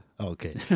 Okay